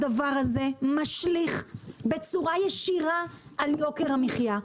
הדבר הזה משליך בצורה ישירה על יוקר המחייה.